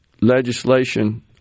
legislation